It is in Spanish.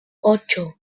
ocho